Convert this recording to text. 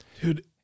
Dude